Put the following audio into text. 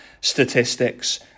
statistics